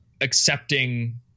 accepting